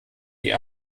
die